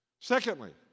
Secondly